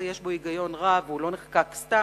שעה שבחוק יש היגיון רב והוא לא נחקק סתם,